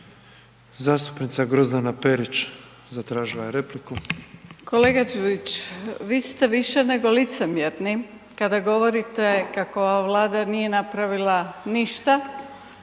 Zastupnica Grozdana Perić zatražila je repliku. **Perić, Grozdana (HDZ)** Kolega Đujić, vi ste više nego licemjerni kada govorite kako ova Vlada nije napravila ništa,